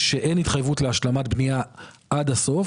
כשאין התחייבות להשלמת בנייה עד הסוף